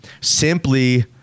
simply